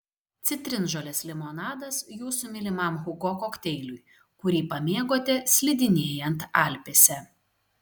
citrinžolės limonadas jūsų mylimam hugo kokteiliui kurį pamėgote slidinėjant alpėse